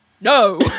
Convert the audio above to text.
no